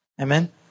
Amen